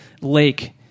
lake